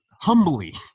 humbly